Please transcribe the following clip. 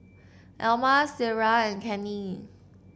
Elma Ciera and Kenney